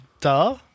Duh